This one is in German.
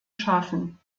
schaffen